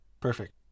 Perfect